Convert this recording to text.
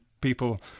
people